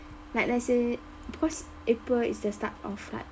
like let's say because april is the start of like